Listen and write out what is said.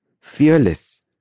Fearless